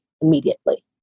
immediately